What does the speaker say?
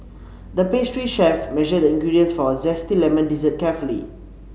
the pastry chef measured the ingredients for a zesty lemon dessert carefully